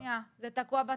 זה תקוע בתקציבים.